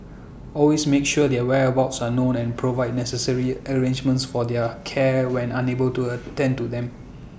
always make sure their whereabouts are known and provide necessary arrangements for their care when unable to attend to them